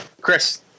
Chris